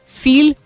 feel